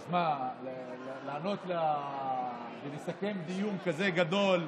תשמע, לענות ולסכם דיון כזה גדול,